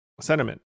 sentiment